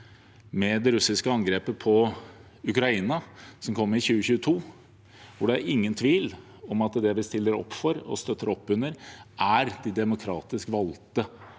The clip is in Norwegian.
med det russiske angrepet på Ukraina som kom i 2022, er det ingen tvil om at det vi stiller opp for og støtter opp under, er de demokratisk valgte